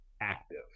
active